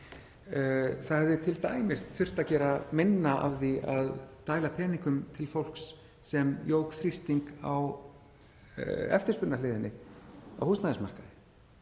Það hefði t.d. þurft að gera minna af því að dæla peningum til fólks sem jók þrýsting á eftirspurnarhliðinni á húsnæðismarkaði.